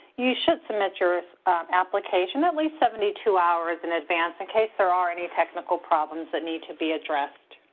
you should submit your application at least seventy two hours in advance in case there are any technical problems that need to be addressed.